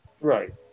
Right